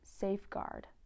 safeguard